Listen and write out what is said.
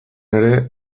ere